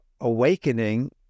awakening